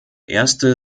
erste